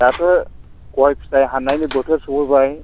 दाथ' गय फिथाइ हाननायनि बोथोर सफैबाय